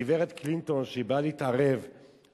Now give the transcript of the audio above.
גברת קלינטון שבאה להתערב,